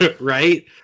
Right